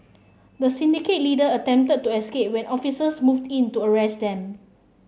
the syndicate leader attempted to escape when officers moved in to arrest them